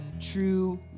true